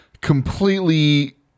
completely